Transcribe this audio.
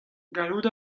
gallout